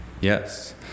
Yes